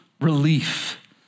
relief